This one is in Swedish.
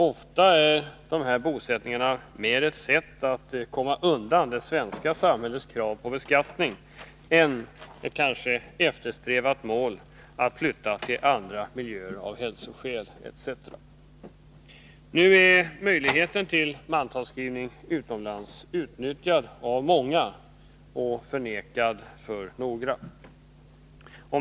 Ofta är de här bosättningarna mer ett sätt att komma undan det svenska samhällets krav på beskattning än ett eftersträvat mål att flytta till andra miljöer, av hälsoskäl etc. Nu är möjligheten till mantalsskrivning utomlands utnyttjad av många men förmenad några.